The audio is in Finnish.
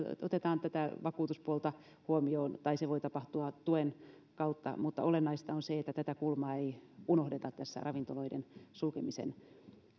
otetaan tätä vakuutuspuolta huomioon tai se voi tapahtua tuen kautta mutta olennaista on se että tätä kulmaa ei unohdeta tässä ravintoloiden sulkemisen